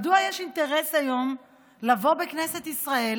מדוע יש אינטרס היום לבוא בכנסת ישראל